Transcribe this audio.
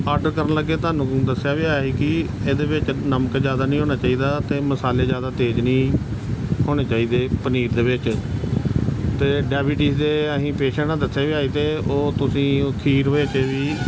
order ਕਰਨ ਲੱਗੇ ਤੁਹਾਨੂੰ ਦੱਸਿਆ ਵੀ ਹੋਇਆ ਸੀ ਕਿ ਇਹਦੇ ਵਿੱਚ ਨਮਕ ਜ਼ਿਆਦਾ ਨਹੀਂ ਹੋਣਾ ਚਾਹੀਦਾ ਅਤੇ ਮਸਾਲੇ ਜ਼ਿਆਦਾ ਤੇਜ਼ ਨਹੀਂ ਹੋਣੇ ਚਾਹੀਦੇ ਪਨੀਰ ਦੇ ਵਿੱਚ ਅਤੇ ਡੈਵੀਟੀਜ਼ ਦੇ ਅਸੀਂ ਪੇਸ਼ੈਂਟ ਦੱਸਿਆ ਵੀ ਹੈ ਅਤੇ ਉਹ ਤੁਸੀਂ ਉਹ ਖੀਰ ਵਿੱਚ ਵੀ